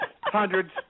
Hundreds